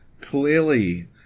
clearly